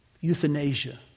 euthanasia